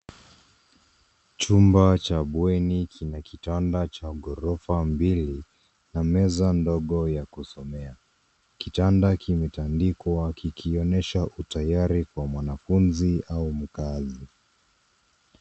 Chumba cha bweni kina kitanda cha ghorofa mbili, na meza ndogo ya kusomea. Kitanda kimetandikwa kikionyesha utayari kwa mwanafunzi au mkaazi.